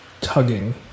tugging